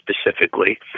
specifically